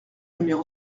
numéro